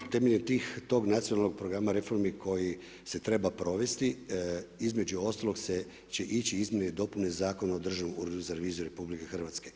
Temeljnog tog nacionalnog programa reformi, koji se treba provesti, između ostalog će ići izmjene i dopune Zakona o Državnom uredu za reviziju RH.